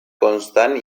constant